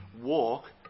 walk